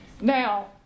Now